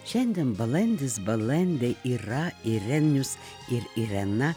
šiandien balandis balandė yra irenius ir irena